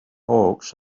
hawks